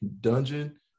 Dungeon